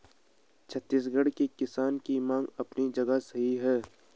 छत्तीसगढ़ के किसान की मांग अपनी जगह सही है